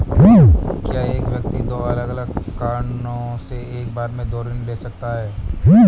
क्या एक व्यक्ति दो अलग अलग कारणों से एक बार में दो ऋण ले सकता है?